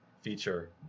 feature